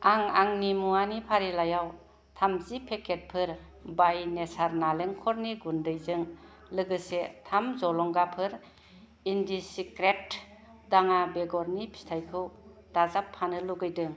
आं आंनि मुवानि फारिलाइयाव थामजि पेकेट'फोर बाइ नेचार नालेंखरनि गुन्दैजों लोगोसे थाम जलंगाफोर इन्डि'सिक्रेट दाङा बेगरनि फिथायखौ दाजाबफानो लुबैदों